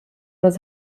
was